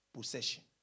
Possession